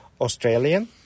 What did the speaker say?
australian